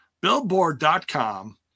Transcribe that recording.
billboard.com